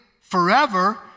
forever